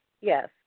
Yes